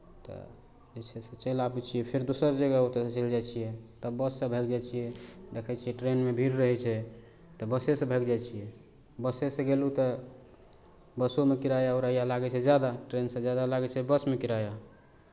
तऽ जे छै से चलि आबै छियै फेर दोसर जगह ओतयसँ चलि जाइ छियै तब बससँ भागि जाइ छियै देखै छियै ट्रेनमे भीड़ रहै छै तऽ बसेसँ भागि जाइ छियै बसेसँ गेलहुँ तऽ बसोमे किराया उराया लागै छै जादा ट्रेनसँ जादा लागै छै बसमे किराया